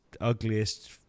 ugliest